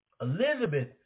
Elizabeth